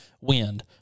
wind